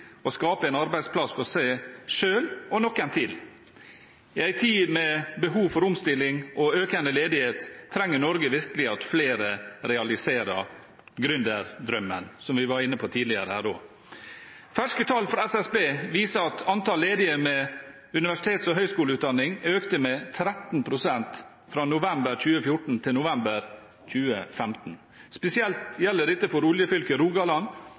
å skape en arbeidsplass for seg selv og noen til. I en tid med behov for omstilling og økende ledighet trenger Norge virkelig at flere realiserer gründerdrømmen, som vi var inne på tidligere her også. Ferske tall fra SSB viser at antall ledige med universitets- og høyskoleutdanning økte med 13 pst. fra november 2014 til november 2015. Spesielt gjelder dette for oljefylket Rogaland,